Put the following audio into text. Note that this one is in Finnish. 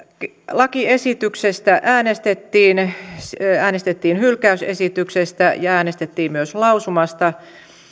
lakiesityksestä äänestettiin äänestettiin hylkäysesityksestä ja äänestettiin myös lausumasta